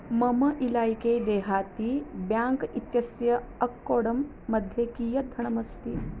मम इलैके देहाती ब्याङ्क् इत्यस्य अक्कोडं मध्ये कियत् धनमस्ति